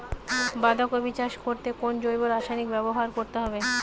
বাঁধাকপি চাষ করতে কোন জৈব রাসায়নিক ব্যবহার করতে হবে?